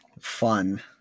Fun